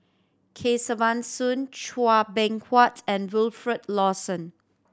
Kesavan Soon Chua Beng Huat and Wilfed Lawson